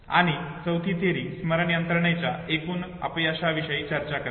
आणि चौथी थिअरी स्मरण यंत्रणेच्या एकूण अपयशाविषयी चर्चा करतो